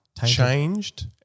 Changed